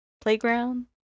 playground